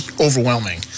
overwhelming